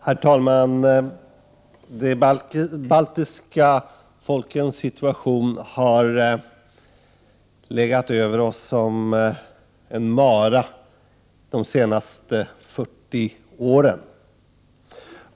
Herr talman! De baltiska folkens situation har legat över oss som en mara de senaste 40 åren.